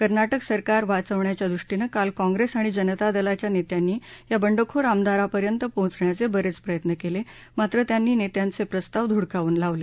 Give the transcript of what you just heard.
कर्नाटक सरकार वाचवण्याच्या दृष्टीनं काल काँग्रेस आणि जनता दलाच्या नेत्यांनी या बंडखोर आमदारापर्यंत पोहोचण्याचे बरेच प्रयत्न केले मात्र त्यांनी नेत्यांचे प्रस्ताव धुडकावून लावले